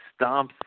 stomps